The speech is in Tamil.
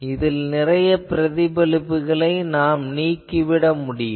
இதில் நிறைய பிரதிபலிப்புகளை நீக்கிவிட முடியும்